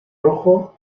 rojo